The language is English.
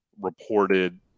reported